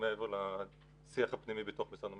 מעבר לשיח הפנימי בתוך משרד המשפטים.